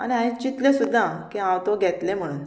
आनी हांवें चिंतलें सुद्दां की हांव तो घेतलें म्हणून